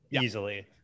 easily